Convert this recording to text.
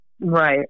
Right